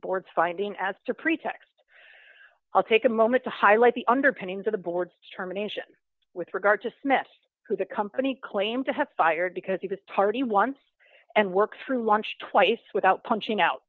board's finding as to pretext i'll take a moment to highlight the underpinnings of the board's determination with regard to smith who the company claimed to have fired because he was tardy once and work through lunch twice without punching out